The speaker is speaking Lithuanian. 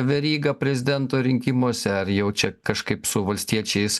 veryga prezidento rinkimuose ar jau čia kažkaip su valstiečiais